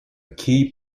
key